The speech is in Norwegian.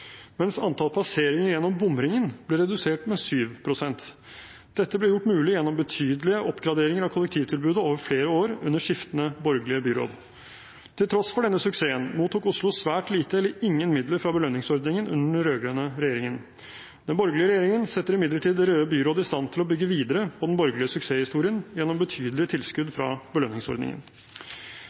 mens antall passeringer gjennom bomringen ble redusert med 7 pst. Dette ble gjort mulig gjennom betydelige oppgraderinger av kollektivtilbudet over flere år under skiftende borgerlige byråd. Til tross for denne suksessen mottok Oslo svært lite eller ingen midler fra belønningsordningen under den rød-grønne regjeringen. Den borgerlige regjeringen setter imidlertid det røde byrådet i stand til å bygge videre på den borgerlige suksesshistorien gjennom betydelige tilskudd fra belønningsordningen.